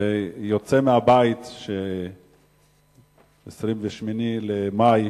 והוא יוצא מהבית ב-28 במאי